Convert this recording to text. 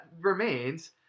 remains